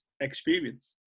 experience